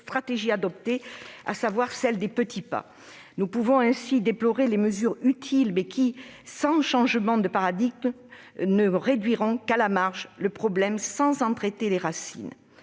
stratégie adoptée, celle des « petits pas ». Nous déplorons ainsi des mesures certes utiles, mais qui, sans changement de paradigme, ne réduiront qu'à la marge le problème, sans en traiter les racines.